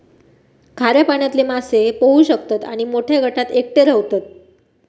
खाऱ्या पाण्यातले मासे पोहू शकतत आणि मोठ्या गटात एकटे रव्हतत